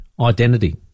identity